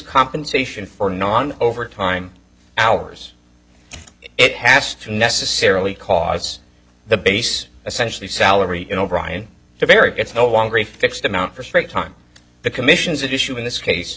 compensation for non overtime hours it has to necessarily cause the base essentially salary in o'brien to vary it's no longer a fixed amount for straight time the commissions issue in this case